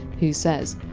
who says!